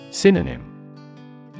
Synonym